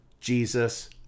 Jesus